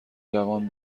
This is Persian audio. جوان